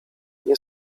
nie